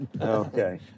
Okay